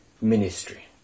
ministry